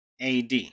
ad